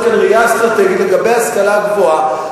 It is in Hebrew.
כאן בראייה אסטרטגית לגבי ההשכלה הגבוהה,